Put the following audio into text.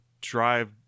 drive